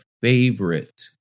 favorite